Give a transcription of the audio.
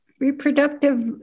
reproductive